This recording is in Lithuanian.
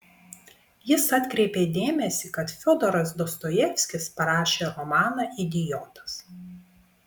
jis atkreipė dėmesį kad fiodoras dostojevskis parašė romaną idiotas